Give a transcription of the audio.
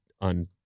on